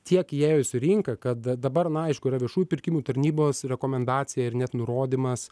tiek įėjus į rinką kad dabar na aišku yra viešųjų pirkimų tarnybos rekomendacija ir net nurodymas